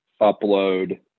upload